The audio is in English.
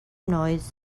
noise